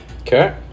Okay